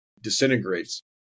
disintegrates